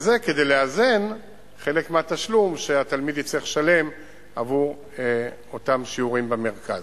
זאת כדי לאזן חלק מהתשלום שהתלמיד יצטרך לשלם עבור אותם שיעורים במרכז.